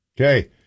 Okay